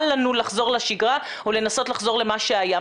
אל לנו לחזור לשגרה או לנסות לחזור למה שהיה.